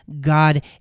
God